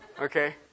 Okay